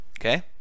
Okay